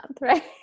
right